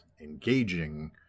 engaging